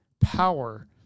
power